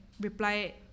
reply